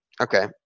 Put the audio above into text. Okay